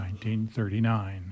1939